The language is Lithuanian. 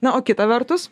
na o kita vertus